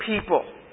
people